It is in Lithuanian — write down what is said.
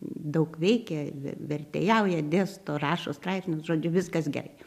daug veikia vertėjauja dėsto rašo straipsnius žodžiu viskas gerai